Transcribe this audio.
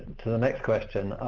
the next question.